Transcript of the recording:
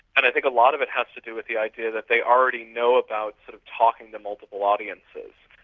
and i think a lot of it has to do with the idea that they already know about sort of talking to multiple audiences.